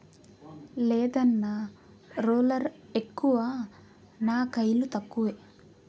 లేదన్నా, రోలర్ ఎక్కువ నా కయిలు తక్కువ